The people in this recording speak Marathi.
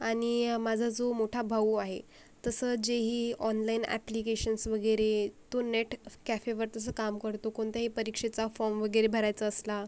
आणि माझा जो मोठा भाऊ आहे तसं जेही ऑनलाईन अप्लिकेशन्स वगैरे तो नेट कॅफेवर तसं काम करतो कोणत्याही परीक्षेचा फॉम वगैरे भरायचा असला